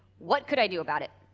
what could i do about it.